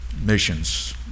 missions